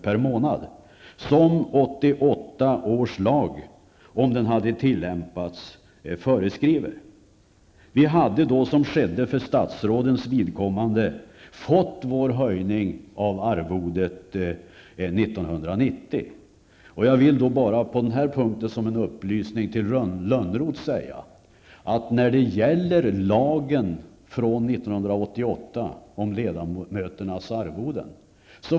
per månad, som 1988 års lag, som inte har tillämpats, föreskriver. Vi hade då fått vår höjning av arvodet 1990, precis som skedde för statsrådens vidkommande. På den här punkten vill jag bara som en upplysning till Lönnroth säga att det rådde enighet i riksdagen om lagen från 1988 om ledamöternas arvoden.